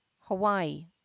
hawaii